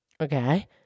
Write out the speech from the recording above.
Okay